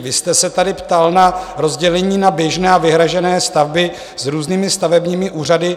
Vy jste se tady ptal na rozdělení na běžné a vyhrazené stavby s různými stavebními úřady.